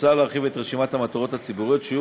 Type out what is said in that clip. מוצע להרחיב את רשימת המטרות ציבוריות שיהיה